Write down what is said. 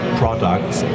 products